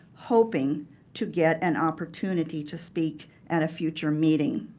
hoping to get an opportunity to speak at a future meeting.